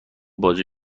بازی